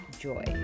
joy